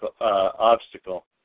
obstacle